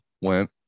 went